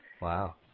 Wow